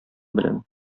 белән